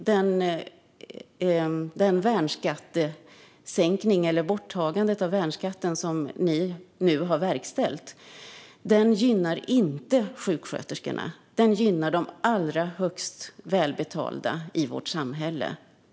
Det borttagande av värnskatten som ni nu har verkställt gynnar inte sjuksköterskorna, utan det gynnar de allra mest välbetalda i vårt samhälle.